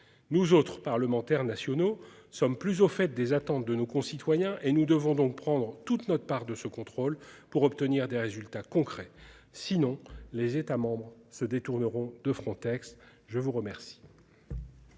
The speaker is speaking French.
Nous autres parlementaires nationaux sommes plus au fait des attentes de nos concitoyens et nous devons donc prendre toute notre part de ce contrôle, pour obtenir des résultats concrets sinon les États se détourneront de Frontex. Je vous remercie.